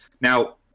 Now